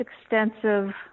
extensive